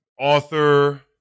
author